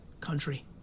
country